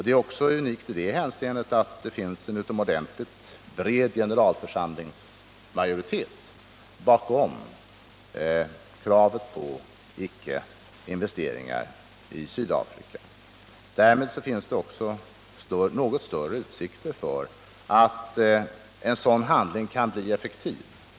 Det är unikt också i det hänseendet att det finns en utomordentligt bred generalförsamlingsmajoritet bakom kravet på att det icke skall göras investeringar i Sydafrika. Därmed finns det också något större utsikter att en sådan handling blir effektiv.